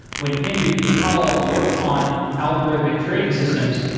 when henry pihkala worked on algorithmic trading systems,